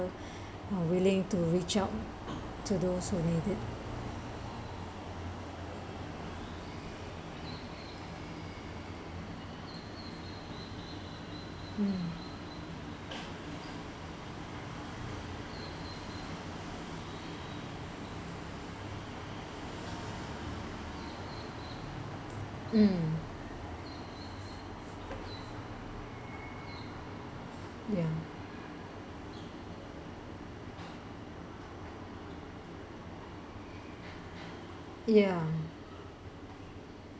willing to reach out to those who need it mm mm ya ya